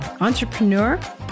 entrepreneur